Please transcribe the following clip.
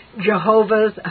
Jehovah's